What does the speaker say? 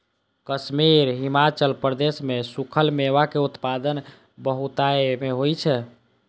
कश्मीर, हिमाचल प्रदेश मे सूखल मेवा के उत्पादन बहुतायत मे होइ छै